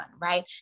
right